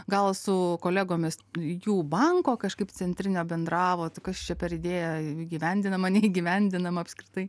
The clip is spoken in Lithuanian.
gal su kolegomis jų banko kažkaip centrinio bendravot kas čia per idėja įgyvendinama neįgyvendinama apskritai